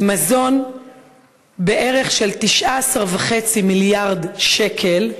מזון בערך של 19.5 מיליארד שקל,